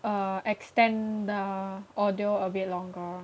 uh extend the audio a bit longer